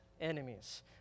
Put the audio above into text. enemies